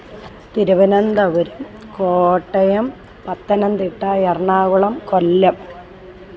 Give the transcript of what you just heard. Thiruvananthapuram Kottayam Pathanamthitta Ernakulam Kollam